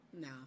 No